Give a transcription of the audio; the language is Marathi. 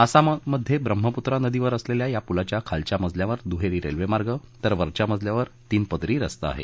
आसाममध्ये ब्रम्हपुत्रा नदीवर असलेल्या या पुलाच्या खालच्या मजल्यावर दुहेरी रेल्वेमार्ग तर वरच्या मजल्यावर तीनपदरी रस्ता आहे